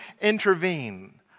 intervene